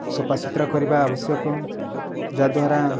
ସଫାସୁତୁରା କରିବା ଆବଶ୍ୟକ ଯାହା ଦ୍ୱାରା